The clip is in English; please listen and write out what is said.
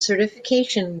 certification